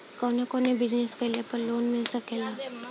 कवने कवने बिजनेस कइले पर लोन मिल सकेला?